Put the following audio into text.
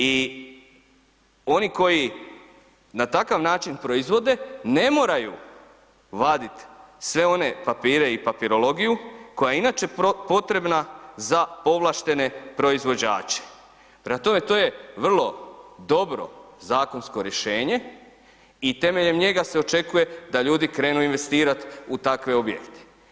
I oni koji na takav način proizvode ne moraju vadit sve one papire i papirologiju koja inače potreba za povlaštene proizvođače, prema tome to je vrlo dobro zakonsko rješenje i temeljem njega se očekuje da ljudi krenu investirat u takve objekte.